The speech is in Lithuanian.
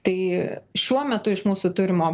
tai šiuo metu iš mūsų turimo